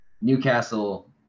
Newcastle